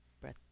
breath